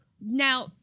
Now